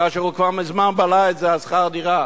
כאשר זה כבר מזמן נבלע בשכר דירה.